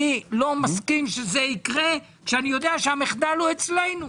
אני לא מסכים שזה יקרה כשאני יודע שהמחדל הוא אצלנו.